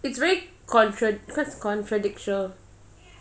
it's very contra~ quite contradictual